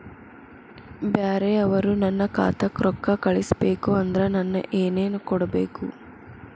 ಬ್ಯಾರೆ ಅವರು ನನ್ನ ಖಾತಾಕ್ಕ ರೊಕ್ಕಾ ಕಳಿಸಬೇಕು ಅಂದ್ರ ನನ್ನ ಏನೇನು ಕೊಡಬೇಕು?